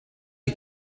die